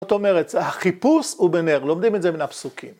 זאת אומרת, החיפוש הוא בנר, לומדים את זה מן הפסוקים.